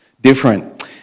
different